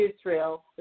Israel